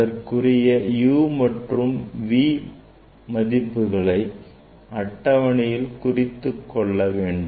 அதற்குரிய u மற்றும் v மதிப்புகளை அட்டவணையில் குறித்துக கொள்ள வேண்டும்